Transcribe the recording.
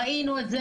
ראינו את זה,